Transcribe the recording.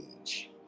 age